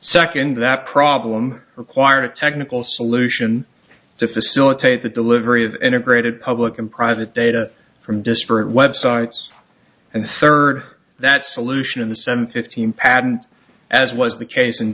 second that problem required a technical solution to facilitate the delivery of an upgraded public and private data from disparate websites and third that solution in the seven fifteen patent as was the case